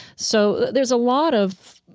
so there's a lot of,